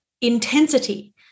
intensity